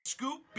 Scoop